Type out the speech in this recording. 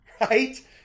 right